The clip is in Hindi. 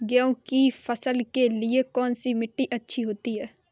गन्ने की फसल के लिए कौनसी मिट्टी अच्छी होती है?